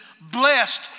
blessed